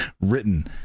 written